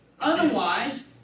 Otherwise